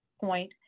point